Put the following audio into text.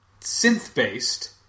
synth-based